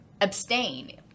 abstain